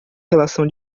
relação